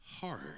heart